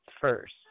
first